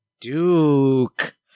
Duke